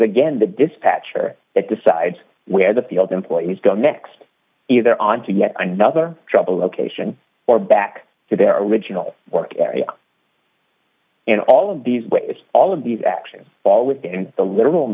again the dispatcher that decides where the field employees go next either on to get another job or location or back to their original work area and all of these ways all of these actions fall within the literal